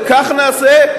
וכך נעשה,